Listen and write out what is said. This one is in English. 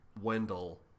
wendell